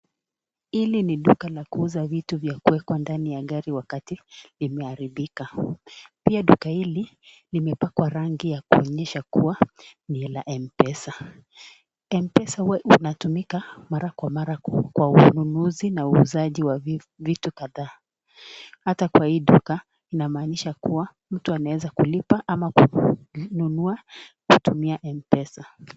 Hili ni duka la kuuza vitu vya kuwekwa ndani ya gari wakati imeharibika. Pia duka hili limepakwa rangi la kuonyesha kuwa ni la Mpesa. Mpesa hua inatumika mara kwa mara kwa ununuzi na wauzaji wa vitu kadhaa. Hata kwa hii duka, inamaanisha kuwa, mtu anaweza kulipa ama kununua kutumia Mpesa.